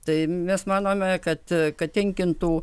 tai mes manome kad kad tenkintų